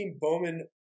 Bowman